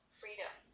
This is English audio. freedom